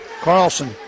Carlson